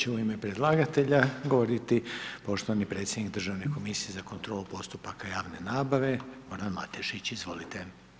Sada će u ime predlagatelja govoriti poštovani predsjednik Državne komisije za kontrolu postupaka javne nabave Goran Matešić, izvolite.